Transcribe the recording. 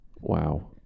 Wow